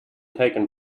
taken